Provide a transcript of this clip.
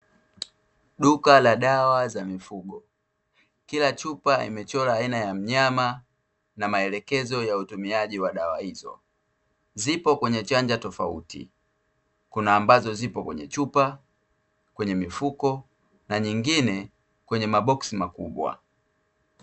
Duka la dawa za mifugo; kila chupa imechora aina ya mnyama na maelekezo ya utumiaji wa dawa hizo zipo kwenye chanja tofauti kuna ambazo zipo kwenye chupa, kwenye mifuko, na nyingine kwenye maboksi makubwa.